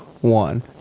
one